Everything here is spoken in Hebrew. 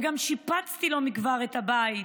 וגם שיפצתי לא מכבר את הבית.